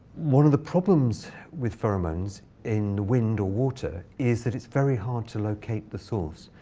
one of the problems with pheromones in the wind or water is that it's very hard to locate the source.